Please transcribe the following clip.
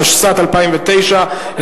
התשס"ט 2009,